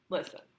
Listen